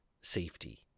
safety